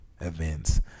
events